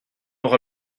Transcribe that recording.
aura